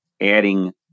adding